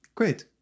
Great